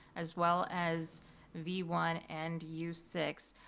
as well as v one and u six,